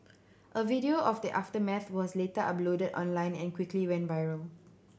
a video of the aftermath was later uploaded online and quickly went viral